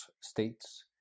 States